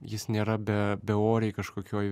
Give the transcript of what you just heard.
jis nėra be beorėj kažkokioj